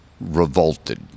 revolted